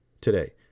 today